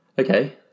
okay